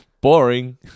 Boring